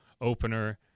opener